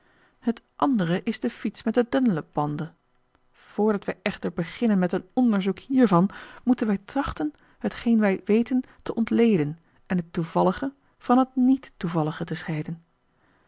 het andere is de fiets met de dunlopbanden voordat wij echter beginnen met een onderzoek hiervan moeten wij trachten hetgeen wij weten te ontleden en het toevallige van het niet toevallige te scheiden